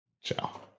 Ciao